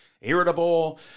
irritable